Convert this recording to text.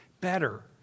better